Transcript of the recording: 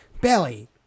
Belly